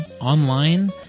online